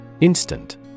Instant